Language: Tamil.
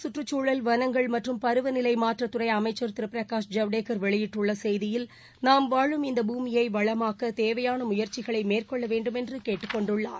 மத்திய கற்றுசூழல் வளங்கள் மற்றும் பருவநிலை மாற்ற துறை அமை்சசா் திரு பிரகாஷ் ஜவுடேகா் வெளியிட்டுள்ள செய்தியில் நாம் வாழும் இந்த பூமியை வளமாக்கத் தேவையான முயற்சிகளை மேற்கொள்ள வேண்டும் என்று கேட்டுக் கொண்டுள்ளார்